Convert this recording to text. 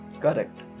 Correct